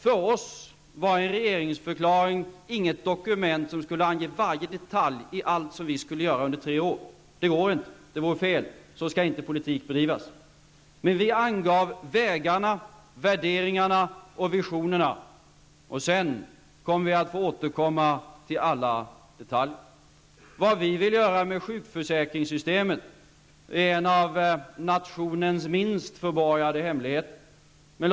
För oss var en regeringsförklaring inget dokument som skulle ange varje detalj i fråga om allt som vi skall göra under tre år. Det vore fel, och så skall politik inte bedrivas. Vi angav vägarna, värderingarna och visionerna. Sedan får vi återkomma till alla detaljer. Vad vi vill göra med sjukförsäkringssystemet är en av nationens minst förborgade hemligheter.